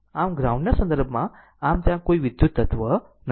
આમ ગ્રાઉન્ડના સંદર્ભમાં આમ ત્યાં કોઈ વિદ્યુત તત્વ નથી